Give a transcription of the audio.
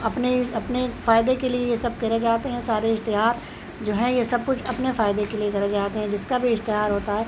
اپنے اپنے اس اپنے فائدے کے لیے یہ سب کرے جاتے ہیں سارے اشتہار جو ہے یہ سب کچھ اپنے فائدے کے لیے کرے جاتے ہیں جس کا بھی اشتہار ہوتا ہے